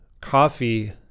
coffee